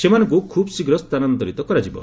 ସେମାନଙ୍କୁ ଖୁବ୍ ଶୀଘ୍ର ସ୍ଥାନାନ୍ତରିତ କରାଯିବ